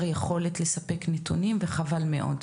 היכולת שלכם לספק נתונים וחבל מאוד.